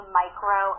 micro